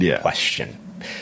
question